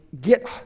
get